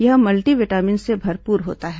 यह multivitamin से भी भरपूर होता है